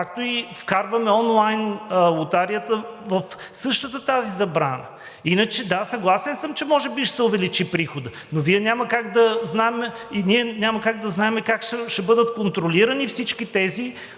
Както и вкарваме онлайн лотарията в същата тази забрана. Иначе – да, съгласен съм, че може би ще се увеличи приходът, но Вие и ние няма как да знаем как ще бъдат контролирани всички тези